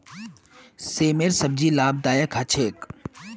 सेमेर सब्जी लाभदायक ह छेक